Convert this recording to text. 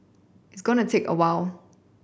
it's going take a while